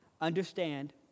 understand